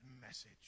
message